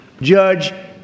judge